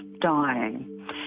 dying